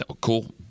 Cool